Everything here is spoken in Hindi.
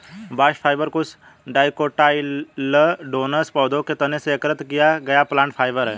बास्ट फाइबर कुछ डाइकोटाइलडोनस पौधों के तने से एकत्र किया गया प्लांट फाइबर है